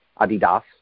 Adidas